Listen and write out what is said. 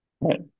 Right